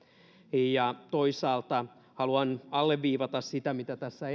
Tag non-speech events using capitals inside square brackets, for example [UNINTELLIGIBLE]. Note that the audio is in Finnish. toisaalta haluan alleviivata sitä mitä tässä [UNINTELLIGIBLE]